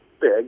big